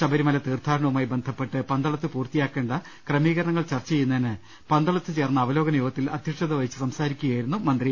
ശബരിമല തീർഥാടനവുമായി ബന്ധപ്പെട്ട് പന്തളത്ത് പൂർത്തി യാക്കേണ്ട ക്രമീകരണങ്ങൾ ചർച്ച ചെയ്യുന്നതിന് പന്തളത്തു ചേർന്ന അവലോകന യോഗത്തൽ അദ്ധ്യക്ഷത വഹിച്ചു സംസാരിക്കുകയായിരുന്നു മന്ത്രി